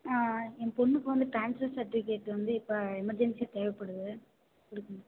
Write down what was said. ஆ என் பொண்ணுக்கு வந்து ட்ரான்ஸ்ஃபர் சர்ட்டிவிகேட் வந்து இப்போ எமர்ஜென்சியாக தேவைப்படுது கொடுக்க